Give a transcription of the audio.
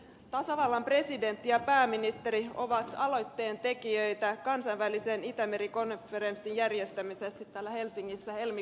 tasavallan presidentti ja pääministeri ovat aloitteentekijöitä kansainvälisen itämeri konferenssin järjestämisessä täällä helsingissä helmikuussa